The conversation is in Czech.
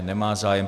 Nemá zájem.